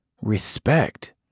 respect